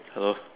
hello